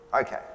Okay